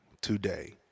today